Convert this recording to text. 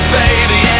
baby